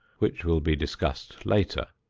which will be discussed later,